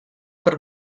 per